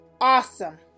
awesome